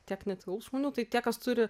tiek netilps žmonių tai tie kas turi